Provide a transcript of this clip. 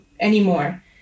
anymore